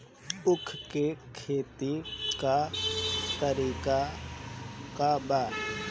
उख के खेती का तरीका का बा?